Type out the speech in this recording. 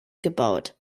gebaut